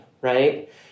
right